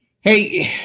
hey